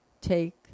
take